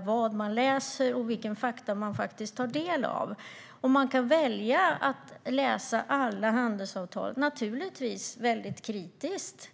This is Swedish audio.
vad man läser och vilka fakta som man tar del av. Man kan välja att läsa alla handelsavtal väldigt kritiskt.